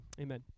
Amen